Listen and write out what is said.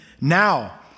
Now